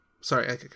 sorry